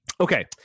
Okay